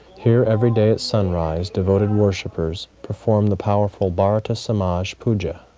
here, everyday at sunrise, devoted worshippers perform the powerful bharata samaj puja